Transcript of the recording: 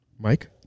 Mike